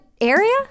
area